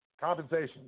Compensation